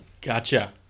Gotcha